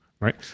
right